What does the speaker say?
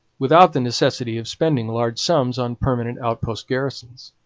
without the necessity of spending large sums on permanent outpost garrisons.